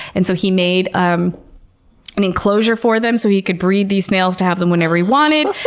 and so he made um an enclosure for them so he could breed these snails to have them whenever he wanted,